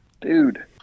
dude